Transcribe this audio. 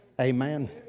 Amen